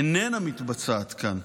איננה מתבצעת כאן.